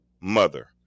mother